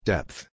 Depth